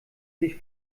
sich